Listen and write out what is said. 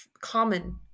common